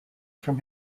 from